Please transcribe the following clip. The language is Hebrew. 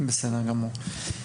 בסדר גמור.